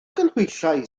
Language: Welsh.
ganhwyllau